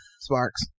Sparks